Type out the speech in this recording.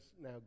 now